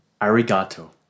arigato